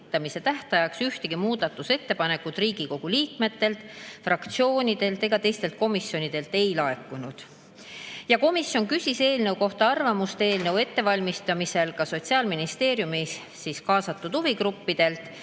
tähtajaks ühtegi ettepanekut Riigikogu liikmetelt, fraktsioonidelt ega teistelt komisjonidelt ei laekunud. Komisjon küsis eelnõu kohta arvamust eelnõu ettevalmistamisele Sotsiaalministeeriumis kaasatud huvigruppidelt.